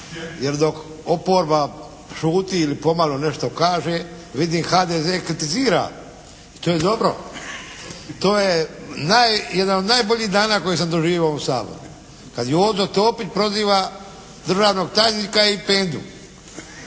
Jer dok oporba šuti ili pomalo nešto kaže, vidim HDZ kritizira. To je dobro. To je jedan od najboljih dana koje sam doživio u ovom Saboru. Kad Jozo Topić proziva državnoj tajnika i